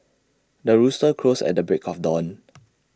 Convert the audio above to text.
the rooster crows at the break of dawn